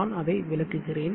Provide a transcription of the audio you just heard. நான் அதை விளக்குகிறேன்